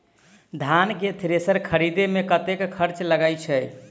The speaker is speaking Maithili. धान केँ थ्रेसर खरीदे मे कतेक खर्च लगय छैय?